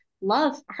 love